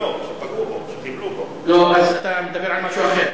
צינור שפגעו בו, לא, אז אתה מדבר על משהו אחר.